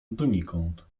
donikąd